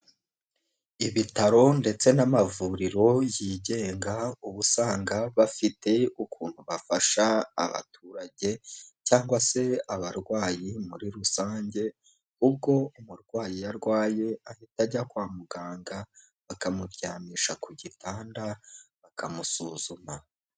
Ibitaro ndetse n'amavuriro yigenga ubu usanga bafite ukuntu bafasha abaturage, cyangwa se abarwayi muri rusange, ubwo umurwayi arwaye ahita ajya kwa muganga, bakamuryamisha ku gitanda, bakamusuzuma.